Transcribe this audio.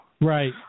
right